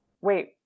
Wait